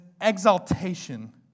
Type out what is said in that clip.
exaltation